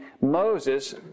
Moses